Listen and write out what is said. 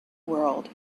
world